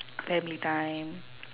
family time